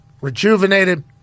rejuvenated